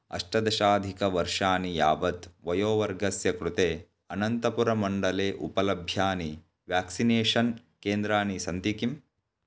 अष्टदशाधिकवर्षाणि यावत् वयोवर्गस्य कृते अनन्तपुरमण्डले उपलभ्यमानानि व्याक्सिनेषन् केन्द्राणि सन्ति किम्